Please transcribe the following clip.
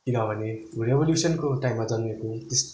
किनभने रेभ्युलुसनको टाइममा जन्मेको त्यस